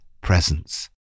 presence